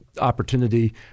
opportunity